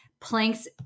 planks